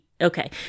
okay